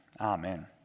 Amen